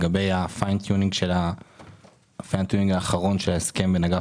לגבי הכוונון העדין האחרון של ההסכם בין אגף